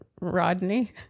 Rodney